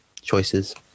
Choices